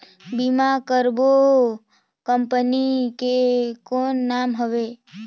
बीमा करबो ओ कंपनी के कौन नाम हवे?